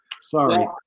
sorry